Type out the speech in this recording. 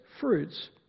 fruits